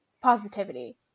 positivity